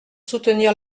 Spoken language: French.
soutenir